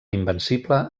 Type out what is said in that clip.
invencible